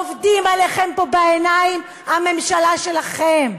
עובדים עליכם פה בעיניים, הממשלה שלכם,